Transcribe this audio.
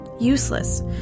Useless